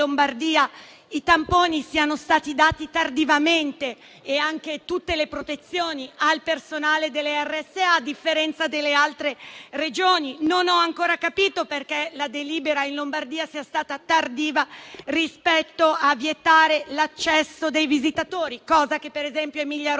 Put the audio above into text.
protezioni siano stati dati tardivamente al personale delle RSA, a differenza delle altre Regioni. Non ho ancora capito perché la delibera in Lombardia sia stata tardiva rispetto a vietare l'accesso ai visitatori, cosa che per esempio Emilia Romagna